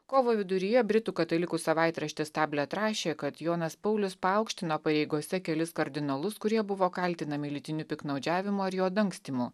kovo viduryje britų katalikų savaitraštis tablet rašė kad jonas paulius paaukštino pareigose kelis kardinolus kurie buvo kaltinami lytiniu piktnaudžiavimu ar jo dangstymu